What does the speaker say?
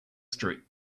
street